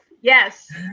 Yes